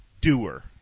Doer